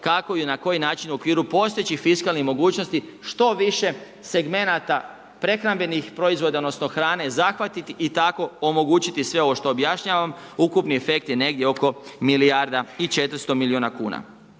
kako i na koji način u okviru postojećih fiskalnih mogućnosti što više segmenata prehrambenih proizvoda odnosno hrane zahvatiti i tako omogućiti sve ovo što objašnjavam. Ukupni efekt je negdje oko milijarda i 400 milijuna kuna.